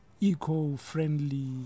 eco-friendly